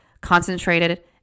concentrated